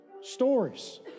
stories